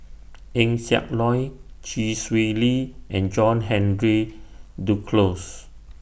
Eng Siak Loy Chee Swee Lee and John Henry Duclos